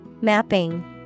Mapping